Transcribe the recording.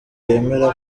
yemera